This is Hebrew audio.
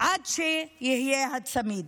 עד שיהיה הצמיד.